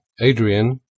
Adrian